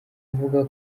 avuga